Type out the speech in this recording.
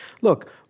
Look